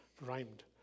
rhymed